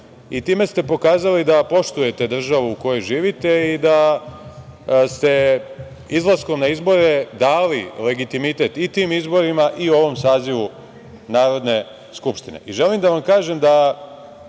i time ste pokazali da poštujete državu u kojoj živite i da ste izlaskom na izbore dali legitimitet i tim izborima i ovom sazivu Narodne skupštine. Želim da vam kažem da